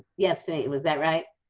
yes, and was that right?